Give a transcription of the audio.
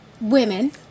women